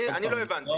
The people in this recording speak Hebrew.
אני לא הבנתי.